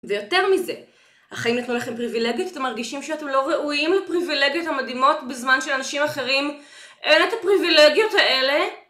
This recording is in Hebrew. ויותר מזה, החיים נתנו לכם פריבילגיות ואתם מרגישים שאתם לא ראויים לפריבילגיות המדהימות בזמן שלאנשים אחרים אין את הפריבילגיות האלה